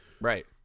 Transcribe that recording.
Right